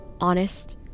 honest